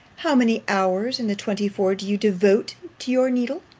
how many hours in the twenty-four do you devote to your needle?